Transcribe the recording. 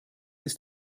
ist